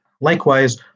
Likewise